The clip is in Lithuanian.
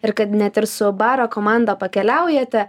ir kad net ir su baro komanda pakeliaujate